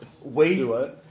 wait